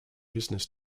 business